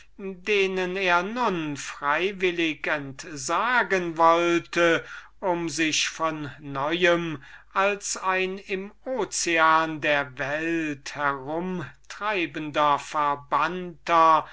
denen er nun freiwillig entsagen wollte um sich von neuem als ein im ozean der welt herumtreibender verbannter